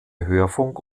hörfunk